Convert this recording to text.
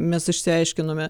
mes išsiaiškinome